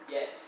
Yes